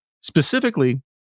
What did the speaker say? Specifically